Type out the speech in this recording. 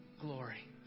glory